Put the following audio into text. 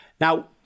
Now